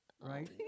right